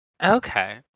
Okay